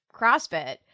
CrossFit